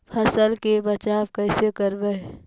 फसल के बचाब कैसे करबय?